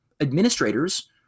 administrators